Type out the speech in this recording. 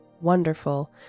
Wonderful